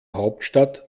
hauptstadt